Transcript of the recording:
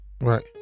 Right